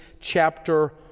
chapter